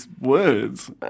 words